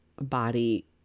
body